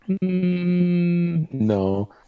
No